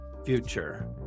future